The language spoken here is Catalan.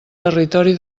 territori